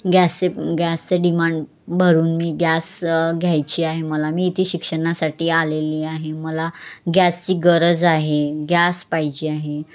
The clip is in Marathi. गॅसचे गॅसचे डिमांड भरून मी गॅस घ्यायची आहे मला मी इथे शिक्षणासाठी आलेली आहे मला गॅसची गरज आहे गॅस पाहिजे आहे